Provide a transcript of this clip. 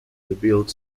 rebuilt